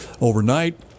overnight